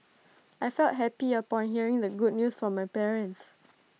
I felt happy upon hearing the good news from my parents